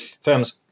firms